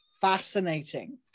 fascinating